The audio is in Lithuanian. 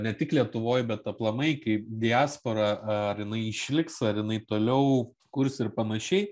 ne tik lietuvoj bet aplamai kaip diaspora ar jinai išliks ar jinai toliau kurs ir panašiai